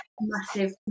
massive